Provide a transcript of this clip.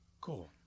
Cool